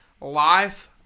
life